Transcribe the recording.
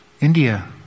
India